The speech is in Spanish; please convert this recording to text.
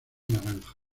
naranja